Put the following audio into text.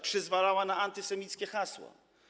Przyzwalała na antysemickie hasła.